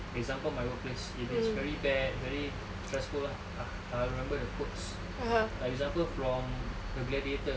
example my workplace if it's very bad very stressful lah I remember the quotes for example from the gladiator